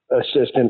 assistant